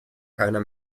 keiner